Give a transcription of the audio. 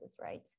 right